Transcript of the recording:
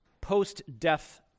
post-death